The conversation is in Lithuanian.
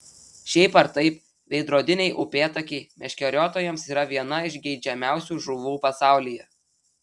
šiaip ar taip veidrodiniai upėtakiai meškeriotojams yra viena iš geidžiamiausių žuvų pasaulyje